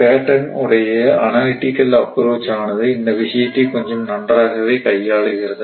பெட்டன் patton's உடைய அனாலிடிகள் approach ஆனது இந்த விஷயத்தை கொஞ்சம் நன்றாகவே கையாளுகிறது